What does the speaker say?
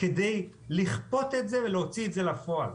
כדי לכפות את זה ולהוציא את זה לפועל.